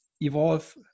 evolve